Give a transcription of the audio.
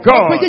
God